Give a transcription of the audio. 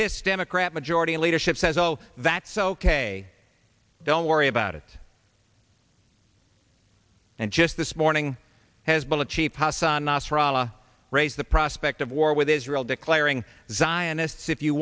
this democrat majority leadership says oh that's ok don't worry about it and just this morning has been a cheap asanas for allah raise the prospect of war with israel declaring zionists if you